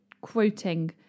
quoting